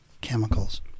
chemicals